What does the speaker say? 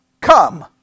come